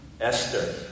Esther